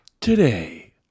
Today